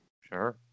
Sure